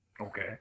Okay